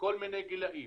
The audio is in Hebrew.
בכל מיני גילאים,